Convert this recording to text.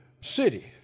city